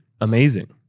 Amazing